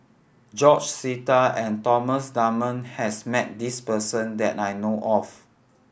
George Sita and Thomas Dunman has met this person that I know of